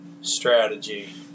strategy